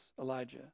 Elijah